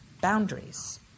boundaries